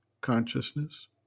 consciousness